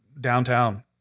downtown